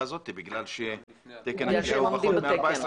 הזאת כי התקן הכליאה הוא פחות מ-14,000.